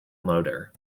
motor